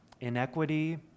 inequity